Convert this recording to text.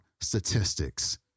statistics